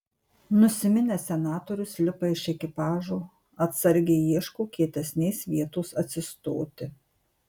nusiminęs senatorius lipa iš ekipažo atsargiai ieško kietesnės vietos atsistoti